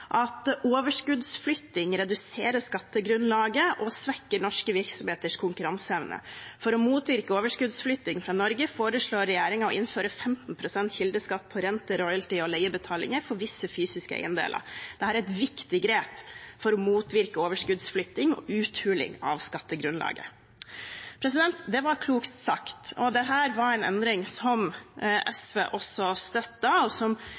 reduserer skattegrunnlaget og svekker norske virksomheters konkurranseevne. For å motvirke overskuddsflytting fra Norge foreslår regjeringen å innføre 15 prosent kildeskatt på renter, royalty og leiebetalinger for visse fysiske eiendeler.» Og videre: «Dette er viktig grep for å motvirke overskuddsflytting og uthuling av skattegrunnlagene.» Det var klokt sagt. Dette var en endring som SV også støttet, og